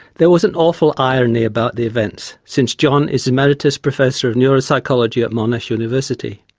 there was an awful irony about the events since john is emeritus professor of neuropsychology at monash university.